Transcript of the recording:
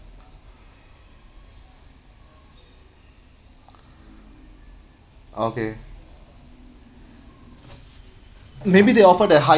okay maybe they offer the higher